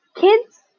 kids